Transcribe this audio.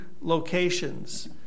locations